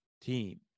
team